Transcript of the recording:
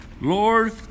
Lord